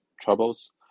troubles